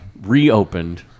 reopened